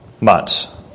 months